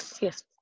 Yes